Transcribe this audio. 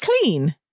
clean